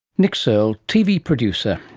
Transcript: nick searle, tv producer.